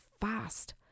fast